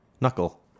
Knuckle